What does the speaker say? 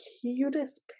cutest